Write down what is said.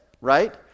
right